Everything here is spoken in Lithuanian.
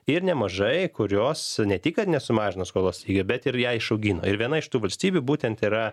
ir nemažai kurios ne tik kad nesumažino skolos jo bet ir ją išaugino ir viena iš tų valstybių būtent yra